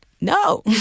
No